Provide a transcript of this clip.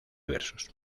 diversos